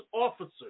officers